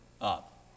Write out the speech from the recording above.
up